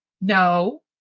no